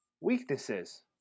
Weaknesses